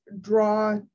draw